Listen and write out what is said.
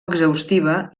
exhaustiva